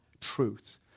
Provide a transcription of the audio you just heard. truth